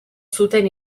zuten